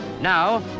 Now